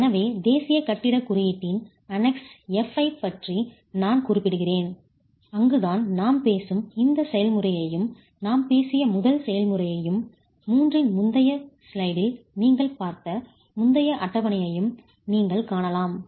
எனவே தேசிய கட்டிடக் குறியீட்டின் Annex F ஐப் பற்றி நான் குறிப்பிடுகிறேன் அங்குதான் நாம்பேசும் இந்த செயல்முறையையும் நாம்பேசிய முதல் செயல்முறையையும் 3 இன் முந்தைய ஸ்லைடில் நீங்கள் பார்த்த முந்தைய அட்டவணையையும் நீங்கள் காணலாம்